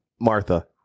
Martha